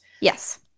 Yes